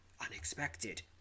unexpected